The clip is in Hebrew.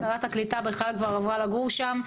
שרת הקליטה בכלל כבר עברה לגור שם.